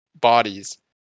bodies